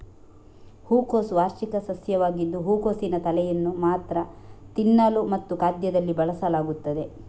ಹೂಕೋಸು ವಾರ್ಷಿಕ ಸಸ್ಯವಾಗಿದ್ದು ಹೂಕೋಸಿನ ತಲೆಯನ್ನು ಮಾತ್ರ ತಿನ್ನಲು ಮತ್ತು ಖಾದ್ಯದಲ್ಲಿ ಬಳಸಲಾಗುತ್ತದೆ